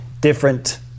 different